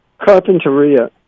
Carpinteria